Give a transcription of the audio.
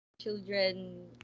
children